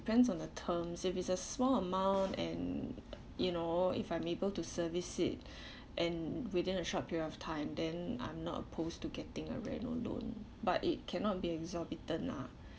depends on the terms if it is a small amount and you know if I'm able to service it and within a short period of time then I'm not opposed to getting a reno loan but it cannot be exorbitant ah